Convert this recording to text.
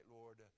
Lord